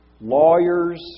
lawyers